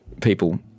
people